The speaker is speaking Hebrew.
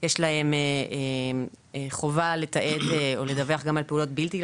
יש להם חובה לתעד או לדווח גם על פעולות שנקראות בלתי רגילות,